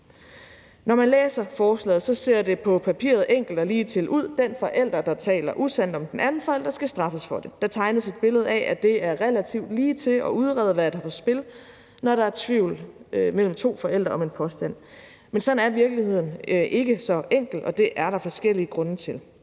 Når man læser forslaget, ser det på papiret enkelt og ligetil ud: Den forælder, der taler usandt om den anden forælder, skal straffes for det. Der tegnes et billede af, at det er relativt ligetil at udrede, hvad der er på spil, når der er tvivl mellem to forældre om en påstand. Men så enkel er virkeligheden ikke, og det er der forskellige grunde til.